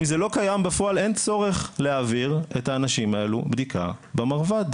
אם זה לא קיים בפועל אין צורך להעביר את האנשים האלה בדיקה במרב"ד.